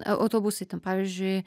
autobusai ten pavyzdžiui